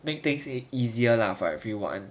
make things easier lah for everyone